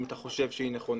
אם אתה חושב שהיא נכונה.